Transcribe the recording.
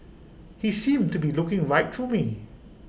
he seemed to be looking right through me